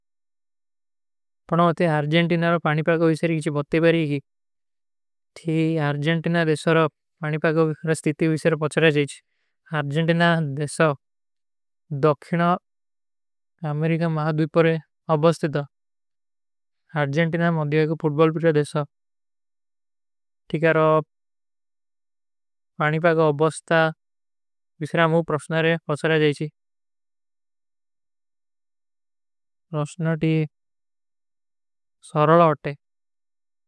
ପଣଵାତେ, ଆର୍ଜେଂଟିନା ରୋ ପାଣିପାଗ ଵିଶର ଗୀଚୀ ବହୁତେ ବାରେ ଗୀ। ଥୀ ଆର୍ଜେଂଟିନା ଦେଶାରୋ ପାଣିପାଗ ଵିଶର ସ୍ଥିତି ଵିଶର ପଚଲା ଜାଯୀଚ। ଆର୍ଜେଂଟିନା ଦେଶାଓ। ଦକ୍ଷିନା ଅମେରିକା ମହା ଦ୍ଵିପରେ ଅବସ୍ଥେତା। ଆର୍ଜେଂଟିନା ମଦ୍ଵାଗ ପୁଟ୍ବାଲ ପୁଛା ଦେଶା। ଠୀକ ହୈ ରୋ ପାଣିପାଗ ଅବସ୍ଥା ଵିଶର ଅମୂ ପ୍ରସ୍ଥନାରେ ପଚଲା ଜାଯୀଚୀ। ପ୍ରସ୍ଥନା ତୀ ସରଲ ହୋତେ।